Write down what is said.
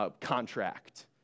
Contract